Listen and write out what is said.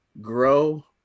grow